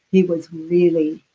he was really